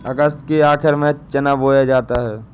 अगस्त के आखिर में चना बोया जाता है